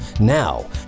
now